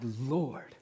Lord